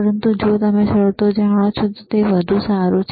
પરંતુ જો તમે શરતો જાણો છો તો તે વધુ સારું છે